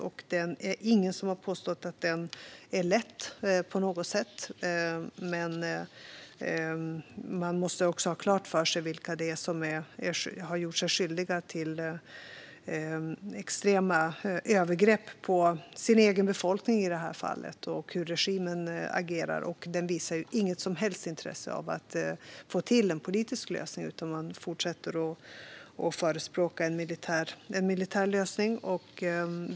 Det är ingen som har påstått att den på något sätt är lätt, men man måste ha klart för sig vilka det är som har gjort sig skyldiga till extrema övergrepp på sin egen befolkning i det här fallet och hur regimen agerar. Den visar inget som helst intresse för att få till en politisk lösning, utan man fortsätter att förespråka en militär lösning.